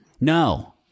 No